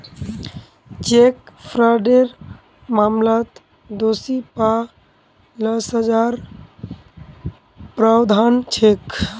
cheque फ्रॉडेर मामलात दोषी पा ल सजार प्रावधान छेक